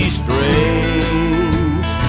strange